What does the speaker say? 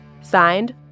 Signed